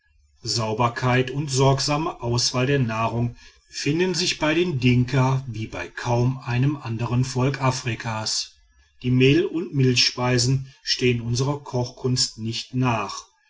sauberkeit und sorgsame auswahl der nahrung findet sich bei den dinka wie bei kaum einem andern volk afrikas die mehl und milchspeisen stehen unserer kochkunst nicht nach